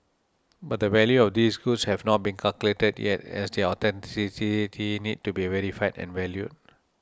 but the value of these goods have not been calculated yet as their authenticity need to be verified and valued